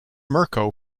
mirco